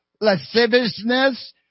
lasciviousness